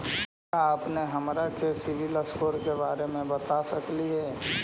का अपने हमरा के सिबिल स्कोर के बारे मे बता सकली हे?